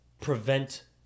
prevent